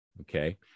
okay